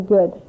Good